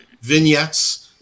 vignettes –